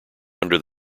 under